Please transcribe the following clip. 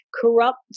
corrupt